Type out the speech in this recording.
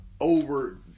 over